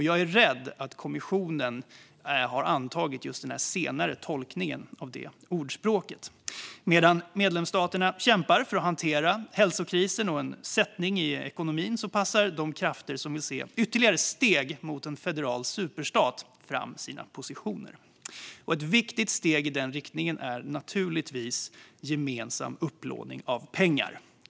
Jag är rädd att kommissionen har antagit just den senare tolkningen av ordspråket. Medan medlemsstaterna kämpar för att hantera hälsokrisen och en sättning i ekonomin flyttar de krafter som vill se ytterligare steg mot en federal superstat fram sina positioner. Ett viktigt steg i den riktningen är naturligtvis gemensam upplåning av pengar.